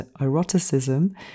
eroticism